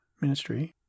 ministry